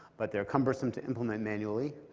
but they're cumbersome to implement manually.